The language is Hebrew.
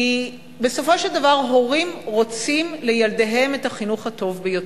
כי בסופו של דבר הורים רוצים לילדיהם את החינוך הטוב ביותר.